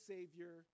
Savior